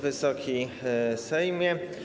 Wysoki Sejmie!